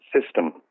system